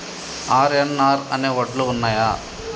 RNR అనే వడ్లు ఉన్నయా?